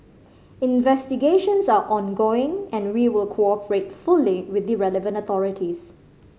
investigations are ongoing and we will cooperate fully with the relevant authorities